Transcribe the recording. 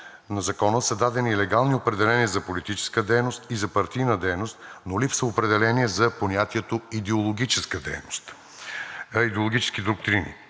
на Закона са дадени легални определения за политическа дейност и за партийна дейност, но липсва определение за понятието „идеологическа дейност“,